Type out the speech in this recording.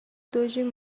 دوجین